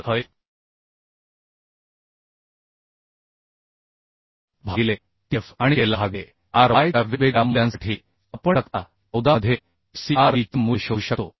तर h f भागिले t f आणि K L भागिले R y च्या वेगवेगळ्या मूल्यांसाठी आपण तक्ता 14 मध्ये f c r b चे मूल्य शोधू शकतो